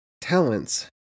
Talents